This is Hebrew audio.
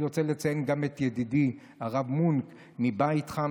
אני רוצה לציין גם את ידידי הרב מונק מבית חם,